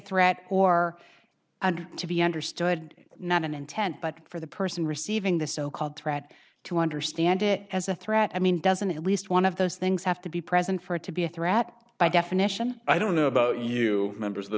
threat or to be understood not an intent but for the person receiving the so called threat to understand it as a threat i mean doesn't at least one of those things have to be present for it to be a threat by definition i don't know about you members of the